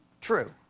True